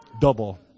Double